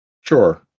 Sure